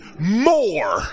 more